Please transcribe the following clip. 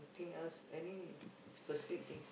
thing else any specific things